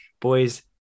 Boys